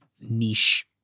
niche